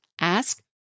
ask